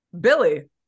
Billy